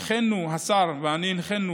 השר ואני הנחינו